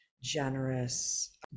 generous